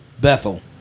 Bethel